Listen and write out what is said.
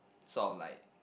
sort of like